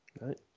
Right